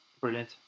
brilliant